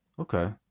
Okay